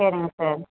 சரிங்க சார்